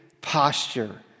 posture